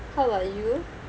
how about you